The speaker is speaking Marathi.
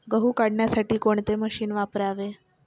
गहू काढण्यासाठी कोणते मशीन वापरावे?